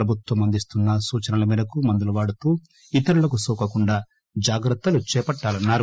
ప్రభుత్వం అందిస్తున్న సూచనల మేరకు మందులు వాడుతూ ఇతరులకు నోకకుండా జాగ్రత్తలు చేపట్టాలన్నారు